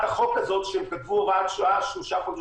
החוק הזאת שתבוא הוראת שעה של שלושה חודשים.